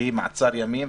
והיא מעצר ימים.